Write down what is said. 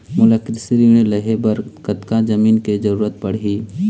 मोला कृषि ऋण लहे बर कतका जमीन के जरूरत पड़ही?